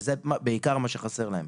וזה בעיקר מה שחסר להם.